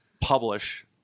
publish